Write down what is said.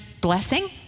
blessing